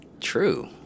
true